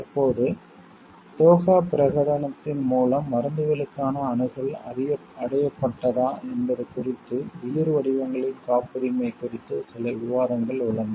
தற்போது தோஹா பிரகடனத்தின் மூலம் மருந்துகளுக்கான அணுகல் அடையப்பட்டதா என்பது குறித்து உயிர் வடிவங்களின் காப்புரிமை குறித்து சில விவாதங்கள் உள்ளன